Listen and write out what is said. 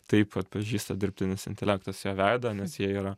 taip atpažįsta dirbtinis intelektas jo veidą nes jie yra